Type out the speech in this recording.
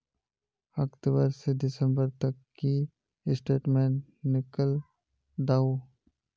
अक्टूबर से दिसंबर तक की स्टेटमेंट निकल दाहू?